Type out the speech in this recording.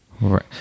Right